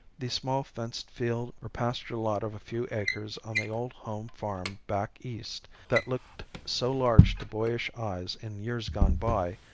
the small fenced field or pasture lot of a few acres on the old home farm back east, that looked so large to boyish eyes in years gone by,